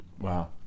Wow